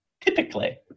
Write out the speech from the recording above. Typically